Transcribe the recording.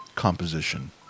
composition